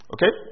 Okay